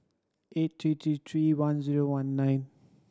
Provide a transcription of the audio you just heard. eight three three three one zero one nine